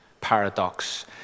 paradox